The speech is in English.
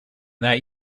that